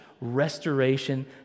restoration